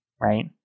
right